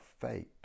fate